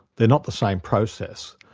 they're not the same process,